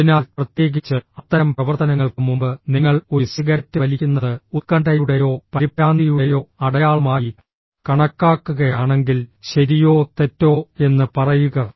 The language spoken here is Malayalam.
അതിനാൽ പ്രത്യേകിച്ച് അത്തരം പ്രവർത്തനങ്ങൾക്ക് മുമ്പ് നിങ്ങൾ ഒരു സിഗരറ്റ് വലിക്കുന്നത് ഉത്കണ്ഠയുടെയോ പരിഭ്രാന്തിയുടെയോ അടയാളമായി കണക്കാക്കുകയാണെങ്കിൽ ശരിയോ തെറ്റോ എന്ന് പറയുക